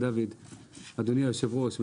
אדוני היושב-ראש,